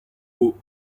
hauts